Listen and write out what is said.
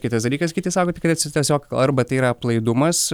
kitas dalykas kiti sako tikrai atseit tiesiog arba tai yra aplaidumas